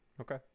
Okay